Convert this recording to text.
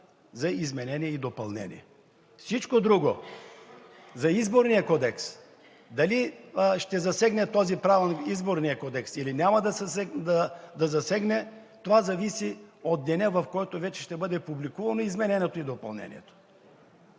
за изменение и допълнение. Всичко друго – за Изборния кодекс, дали този Правилник ще засегне Изборния кодекс, или няма да засегне, това зависи от деня, в който вече ще бъде публикувано изменението и допълнението.